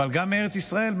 אבל גם מארץ ישראל,